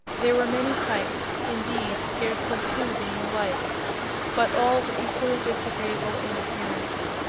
there were many types, indeed, scarcely two being alike but all were equally disagreeable in appearance.